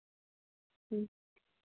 ᱦᱮᱸ